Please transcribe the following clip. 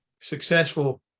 successful